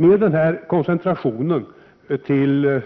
Med den här koncentrationen till